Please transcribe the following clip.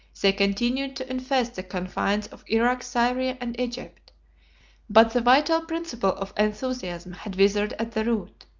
they continued to infest the confines of irak, syria, and egypt but the vital principle of enthusiasm had withered at the root.